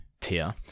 tier